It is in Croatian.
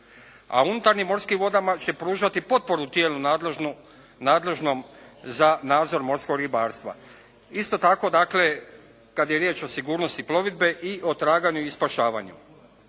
u unutarnjim morskim vodama će pružati potporu tijelu nadležnom za nadzor morskog ribarstva. Isto tako dakle, kada je riječ o sigurnosti plovidbe i o traganju i spašavanju.